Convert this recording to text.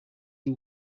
y’u